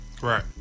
Right